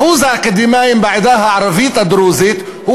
אחוז האקדמאים בעדה הערבית הדרוזית הוא